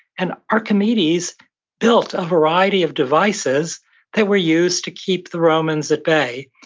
and archimedes built a variety of devices that were used to keep the romans at bay.